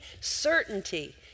certainty